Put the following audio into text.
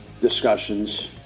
discussions